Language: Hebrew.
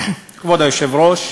כבוד היושב-ראש,